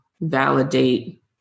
validate